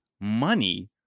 money